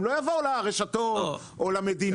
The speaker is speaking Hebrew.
הם לא יבואו לרשתות או למדינה.